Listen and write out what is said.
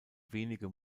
wenige